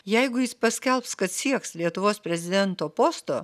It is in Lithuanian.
jeigu jis paskelbs kad sieks lietuvos prezidento posto